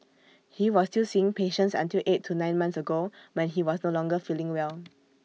he was still seeing patients until eight to nine months ago when he was no longer feeling well